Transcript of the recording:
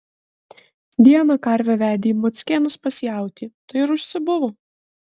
dieną karvę vedė į mockėnus pas jautį tai ir užsibuvo